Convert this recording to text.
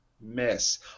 miss